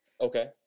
Okay